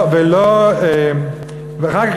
ואחר כך,